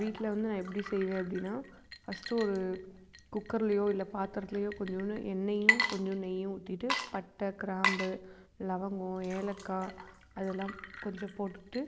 வீட்டில வந்து நான் எப்படி செய்வேன் அப்படின்னா ஃபஸ்ட்டு ஒரு குக்கர்லையோ இல்லை பாத்திரத்துலையோ கொஞ்சண்டு எண்ணெயும் கொஞ்சம் நெய்யும் ஊத்திகிட்டு பட்டை கிராம்பு லவங்கம் ஏலக்காய் அதெல்லாம் கொஞ்சம் போட்டுகிட்டு